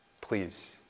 please